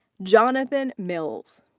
jonathan mills.